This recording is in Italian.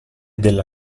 della